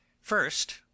First